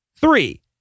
Three